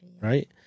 right